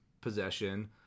possession